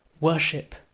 worship